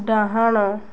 ଡାହାଣ